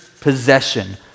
possession